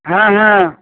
হ্যাঁ হ্যাঁ